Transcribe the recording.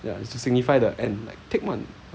ya it's to signify the end like take one